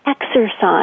exercise